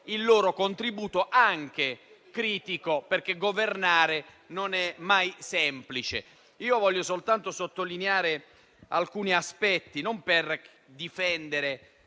il loro contributo anche critico, perché governare non è mai semplice. Voglio soltanto sottolineare alcuni aspetti, non per difendere